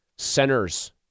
Centers